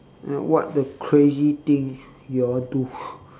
ya what the crazy thing you all do